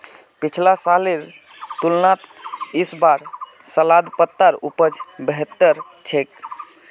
पिछला सालेर तुलनात इस बार सलाद पत्तार उपज बेहतर छेक